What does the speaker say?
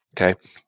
Okay